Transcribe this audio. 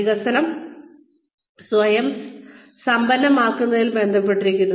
വികസനം സ്വയം സമ്പന്നമാക്കുന്നതുമായി ബന്ധപ്പെട്ടിരിക്കുന്നു